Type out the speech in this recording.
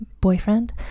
boyfriend